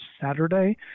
Saturday